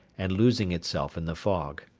and losing itself in the fog.